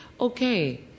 okay